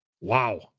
Wow